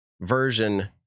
version